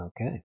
Okay